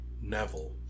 Neville